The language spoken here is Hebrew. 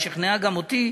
גם אותי,